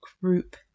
group